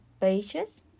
pages